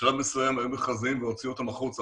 בשלב מסוים היו מכרזים והוציאו אותם החוצה,